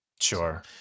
Sure